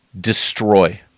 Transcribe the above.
destroy